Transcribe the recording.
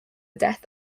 death